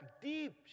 deep